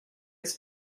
its